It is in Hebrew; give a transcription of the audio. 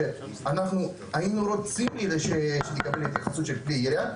שאנחנו היינו רוצים שזה יקבל התייחסות של כלי ירייה,